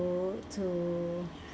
to to